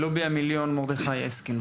לובי המיליון, מרדכי אסקין.